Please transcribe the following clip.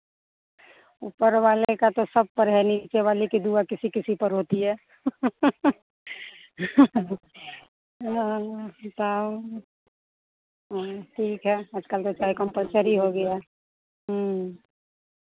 ऊपर वाले का तो सब पर है नीचे वाले की दुआ किसी किसी पर होती है हाँ बताओ हाँ ठीक है आजकल तो चाय कंपलसरी हो गया ह्म्म